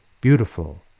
beautiful